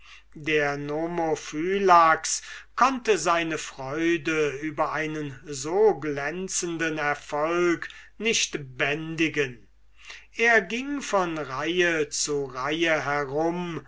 der nomophylax konnte seine freude über einen so glänzenden succeß nicht bändigen er ging von reihe zu reihe herum